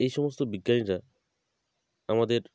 এই সমস্ত বিজ্ঞানীরা আমাদের